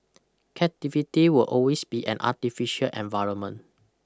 captivity will always be an artificial environment